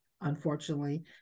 Unfortunately